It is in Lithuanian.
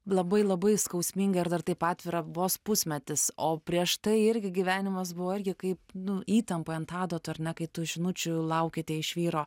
labai labai skausminga ir dar taip atvira vos pusmetis o prieš tai irgi gyvenimas buvo irgi kaip nu įtampoj ant adatų ar ne kai tų žinučių laukėte iš vyro